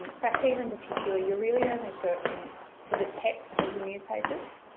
factiva in particular you're really only searching for the text of the newspapers.